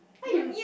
!huh! you